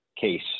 case